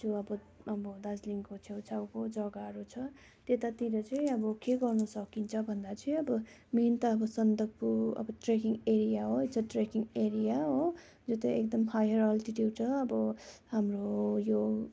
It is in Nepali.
जुन अब दार्जिलिङको छेउ छाउको जगाहरू छ त्यतातिर चाहिँ अब के गर्न सकिन्छ भन्दा चाहिँ अब मेन त अब सन्दकपु अब ट्रेकिङ एरिया हो जुन ट्रेकिङ एरिया हो यो चाहिँ एकदम हायर अल्टिच्युट हो अब हाम्रो यो